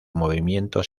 movimiento